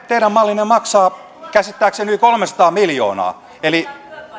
teidän mallinne maksaa käsittääkseni yli kolmesataa miljoonaa